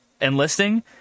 enlisting